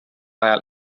ajal